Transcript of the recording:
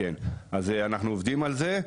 אז אנחנו עובדים על זה,